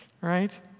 right